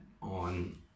on